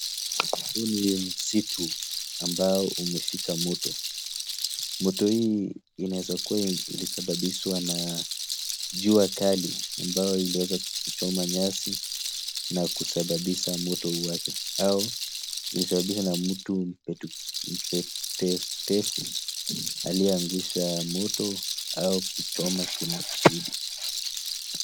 Huu ni msitu ambao umeshika moto. Moto hii inaweza kuwa ilisababishwa na jua kali ambayo iliweza kuchoma nyasi na kusababisha moto uwake au imesababishwa na mtu mtepetevu aliyeangusha moto au kuchoma kimakusudi.